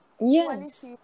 Yes